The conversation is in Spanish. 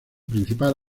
principal